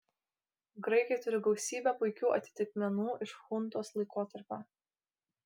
graikai turi gausybę puikių atitikmenų iš chuntos laikotarpio